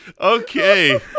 Okay